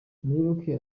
muyoboke